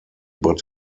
but